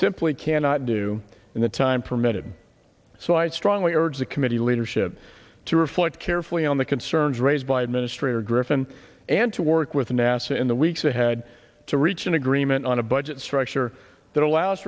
simply cannot do in the time permitted so i strongly urge the committee leadership to reflect carefully on the concerns raised by administrator griffin and to work with nasa in the weeks ahead to reach an agreement on a budget structure that allows